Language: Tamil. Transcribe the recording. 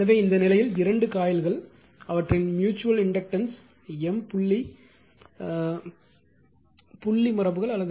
எனவே இந்த நிலையில் இரண்டு காயில்கள் அவற்றின் ம்யூச்சுவல் இண்டக்டன்ஸ் M புள்ளி மரபுகள்